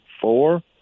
four